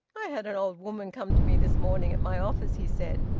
i had an old woman come to me this morning at my office, he said.